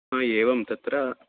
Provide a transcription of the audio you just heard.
एवं तत्र